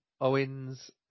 Owens